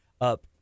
up